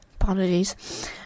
apologies